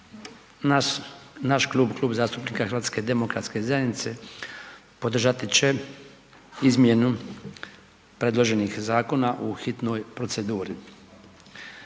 naš Klub, Klub zastupnika Hrvatske demokratske zajednice podržati će izmjenu predloženih Zakona u hitnoj proceduri.